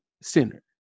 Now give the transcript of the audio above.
center